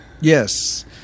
Yes